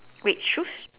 red shoes